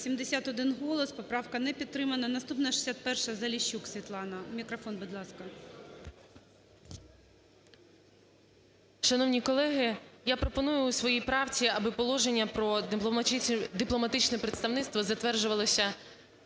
колеги, я пропоную у своїй правці, аби положення про дипломатичне представництво затверджувалося